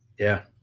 yeah.